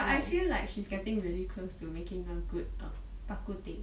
but I feel like she is getting very close to making a good err bak kut teh